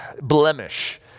blemish